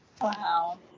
wow